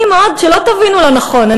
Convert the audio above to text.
שלא תבינו לא נכון,